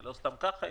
זה לא סתם ככה.